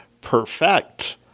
perfect